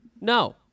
No